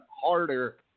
harder